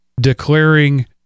declaring